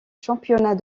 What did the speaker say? championnats